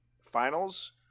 finals